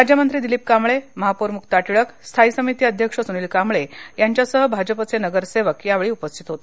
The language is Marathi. राज्यमंत्री दिलीप कांबळे महापौर मुक्ता टिळक स्थायी समिती अध्यक्ष सुनील कांबळे यांच्यासह भाजपचे नगरसेवक या वेळी उपस्थित होते